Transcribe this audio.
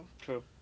True